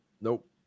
Nope